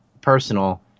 personal